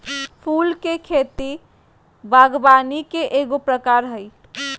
फूल के खेती बागवानी के एगो प्रकार हइ